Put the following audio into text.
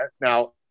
now